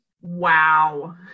Wow